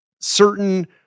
certain